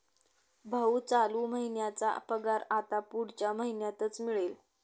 भाऊ, चालू महिन्याचा पगार आता पुढच्या महिन्यातच मिळेल